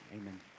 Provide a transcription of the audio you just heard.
Amen